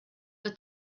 the